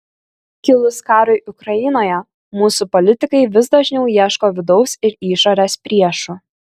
kilus karui ukrainoje mūsų politikai vis dažniau ieško vidaus ir išorės priešų